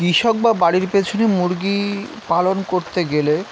কৃষক বা বাড়ির পেছনে মুরগী পালন করতে গেলে